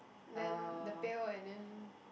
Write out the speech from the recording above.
then the pail and then